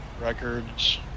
records